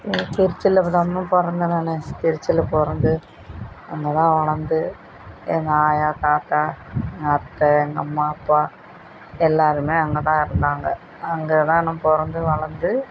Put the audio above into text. நான் திருச்சியில்தாங்க பிறந்தேன் நான் திருச்சியில் பிறந்து அங்கேதான் வளர்ந்து எங்கள் ஆயா தாத்தா எங்கள் அத்தை எங்கள் அம்மா அப்பா எல்லாேருமே அங்கேதான் இருந்தாங்க அங்கேதான் நான் பிறந்து வளர்ந்து